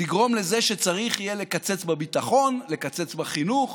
תגרום לזה שצריך יהיה לקצץ בביטחון, לקצץ בחינוך